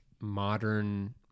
modern